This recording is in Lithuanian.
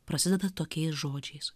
prasideda tokiais žodžiais